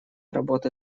работы